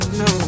no